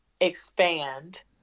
expand